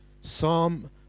Psalm